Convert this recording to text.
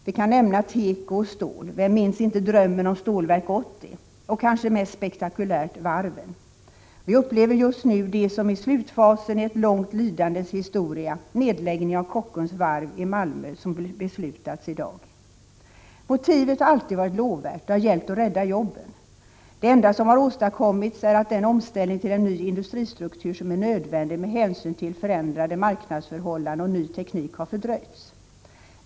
Vi kan nämna tekooch stålindustrin — vem minns inte drömmen om Stålverk 80 — och kanske mest spektaktulärt varven. Vi upplever just nu det som är slutfasen i ett långt lidandes historia, nedläggningen av Kockums Varv i Malmö, som beslutats i dag. Motivet har alltid varit lovvärt — det har gällt att rädda jobben. Det enda som har åstadkommits är att den omställning till en ny industristruktur som är nödvändig med hänsyn till förändrade marknadsförhållanden och ny teknik har fördröjts.